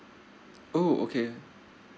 oh okay